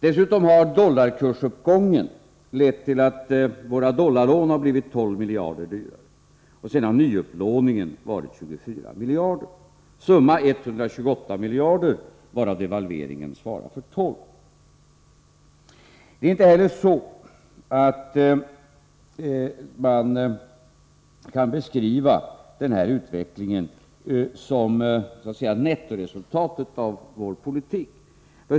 Dessutom har dollarkursuppgången lett till att våra dollarlån blivit 12 miljarder dyrare. Vidare uppgår nyupplåningen till 24 miljarder. Summa: 128 miljarder, varav devalveringen svarar för 12 miljarder. Utvecklingen i detta sammanhang kan inte beskrivas som nettoresultatet av vår politik.